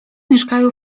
mieszkają